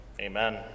Amen